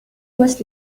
was